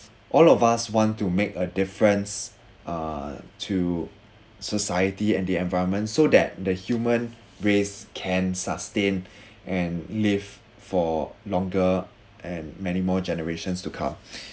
all of us want to make a difference uh to society and the environment so that the human race can sustain and live for longer and many more generations to come